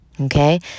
Okay